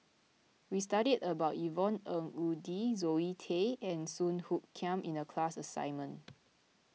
we studied about Yvonne Ng Uhde Zoe Tay and Song Hoot Kiam in the class assignment